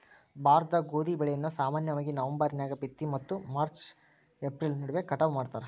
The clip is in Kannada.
ಭಾರತದಾಗ ಗೋಧಿ ಬೆಳೆಯನ್ನ ಸಾಮಾನ್ಯವಾಗಿ ನವೆಂಬರ್ ನ್ಯಾಗ ಬಿತ್ತಿ ಮತ್ತು ಮಾರ್ಚ್ ಮತ್ತು ಏಪ್ರಿಲ್ ನಡುವ ಕಟಾವ ಮಾಡ್ತಾರ